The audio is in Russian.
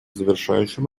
завершающим